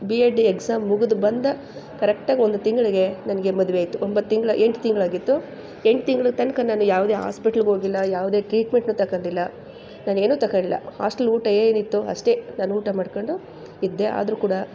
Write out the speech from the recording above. B Ed exam ಮುಗಿದು ಬಂದ ಕರೆಕ್ಟಾಗಿ ಒಂದು ತಿಂಗಳಿಗೆ ನನಗೆ ಮದುವೆ ಆಯಿತು ಒಂಬತ್ತು ತಿಂಗಳ ಎಂಟು ತಿಂಗಳಾಗಿತ್ತು ಎಂಟು ತಿಂಗಳು ತನಕ ನಾನು ಯಾವುದೇ ಆಸ್ಪೆಟ್ಲಗೆ ಹೋಗಿಲ್ಲ ಯಾವುದೇ ಟ್ರೀಟ್ಮೆಂಟ್ನೂ ತಗೊಂಡಿಲ್ಲ ನಾನೇನು ತಗೊಳ್ಳ ಹಾಸ್ಟೆಲ್ ಊಟ ಏನಿತ್ತೋ ಅಷ್ಟೇ ನಾನು ಊಟ ಮಾಡ್ಕೊಂಡು ಇದ್ದೆ ಆದರೂ ಕೂಡ